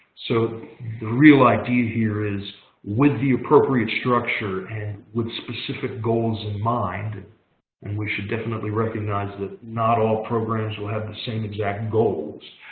so the real idea here is with the appropriate structure and with specific goals in mind and we should definitely recognize that not all programs will have the same exact goals